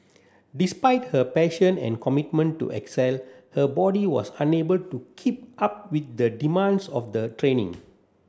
despite her passion and commitment to excel her body was unable to keep up with the demands of the training